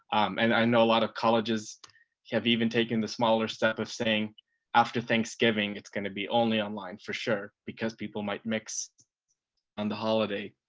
and i know a lot of colleges have even taken the smaller step of saying after thanksgiving it's going to be only online for sure because people might mix and the holiday.